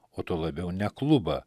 o tuo labiau ne klubą